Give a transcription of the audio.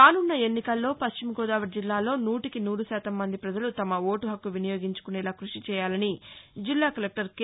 రానున్న ఎన్నికల్లో పశ్చిమగోదావరి జిల్లాలో నూటికి నూరుశాతం మంది ప్రజలు తమ ఓటుహక్కు వినియోగించుకునేలా క్బషిచేయాలని జిల్లా కలెక్లర్ కె